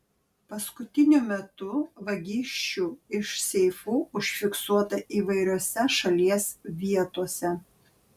paskutiniu metu vagysčių iš seifų užfiksuota įvairiose šalies vietose